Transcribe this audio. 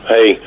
Hey